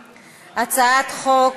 לא, אין דבר כזה,